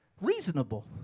reasonable